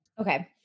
Okay